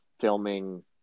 filming